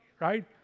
right